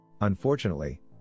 Unfortunately